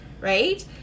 right